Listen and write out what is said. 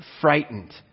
frightened